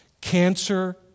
Cancer